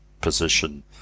position